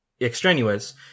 extraneous